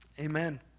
Amen